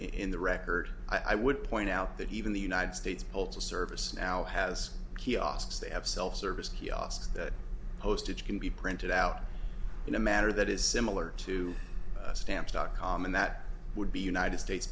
in the record i would point out that even the united states postal service now has kiosks they have self service kiosks that postage can be printed out in a manner that is similar to stamps dot com and that would be united states